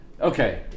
okay